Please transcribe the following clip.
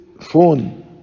phone